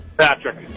Patrick